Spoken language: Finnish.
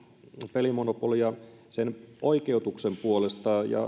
pelimonopolin ja sen oikeutuksen puolelta